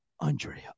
Andrea